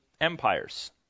empires